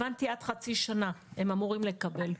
הבנתי שעד חצי שנה הם אמורים לקבל.